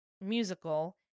musical